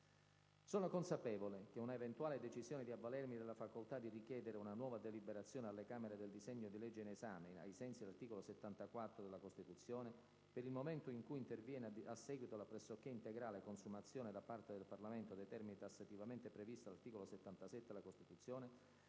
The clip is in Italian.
Sono consapevole che una eventuale decisione di avvalermi della facoltà di richiedere una nuova deliberazione alle Camere del disegno di legge in esame ai sensi dell'articolo 74 della Costituzione, per il momento in cui interviene a seguito della pressoché integrale consumazione da parte del Parlamento dei termini tassativamente previsti dall'articolo 77 della Costituzione,